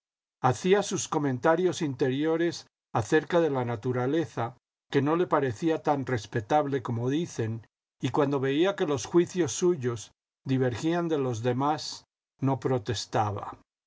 hacía sus comentarios interiores acerca de la naturaleza que no le parecía tan respetable como dicen y cuando veía que los juicios suyos divergían de los demás no protestaba